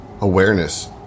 awareness